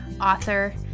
author